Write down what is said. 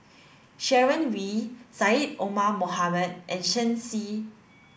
Sharon Wee Syed Omar Mohamed and Shen Xi